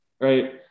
Right